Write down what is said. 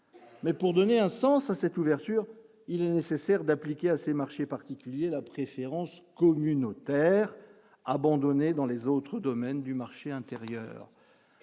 mais pour donner un sens à cette ouverture, il nécessaire d'appliquer à ces marchés particuliers la préférence communautaire, abandonnés dans les autres domaines du marché intérieur